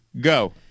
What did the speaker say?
Go